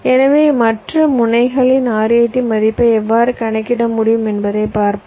எனவே மற்ற முனைகளின் RAT மதிப்பை எவ்வாறு கணக்கிட முடியும் என்பதைப் பார்ப்போம்